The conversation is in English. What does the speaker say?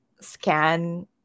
scan